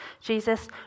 Jesus